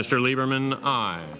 mr lieberman